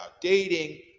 dating